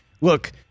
look